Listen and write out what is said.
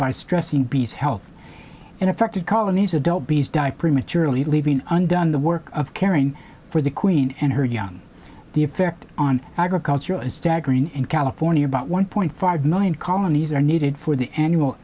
by stressing health and affected colonies adult bees die prematurely leaving undone the work of caring for the queen and her young the effect on agriculture is staggering in california about one point five million colonies are needed for the annual